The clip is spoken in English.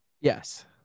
yes